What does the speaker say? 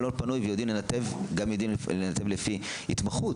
לא פנוי וגם יודעים לנתב לפי התמחות.